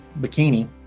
bikini